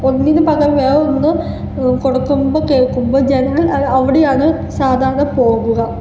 ഒന്നിന് പകരം വേറെയൊന്ന് കൊടുക്കുമ്പോൾ കേൾക്കുമ്പോൾ ജനങ്ങൾ അത് അവിടെയാണ് സാധാരണ പോകുക